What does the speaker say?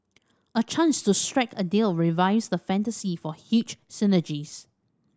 a chance to strike a deal revives the fantasy for huge synergies